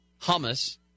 hummus